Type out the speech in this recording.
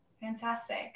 Fantastic